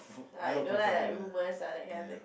ah you don't like like rumours ah that kind of thing